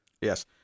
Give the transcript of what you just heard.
yes